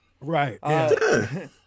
Right